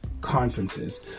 conferences